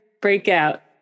breakout